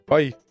Bye